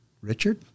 Richard